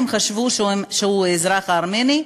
הם חשבו שהוא אזרח ארמני,